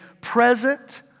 present